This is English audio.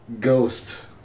ghost